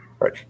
Right